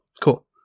Cool